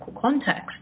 context